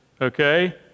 Okay